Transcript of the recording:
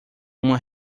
uma